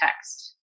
text